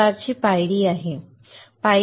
एक प्रकारची पायरी आहे बरोबर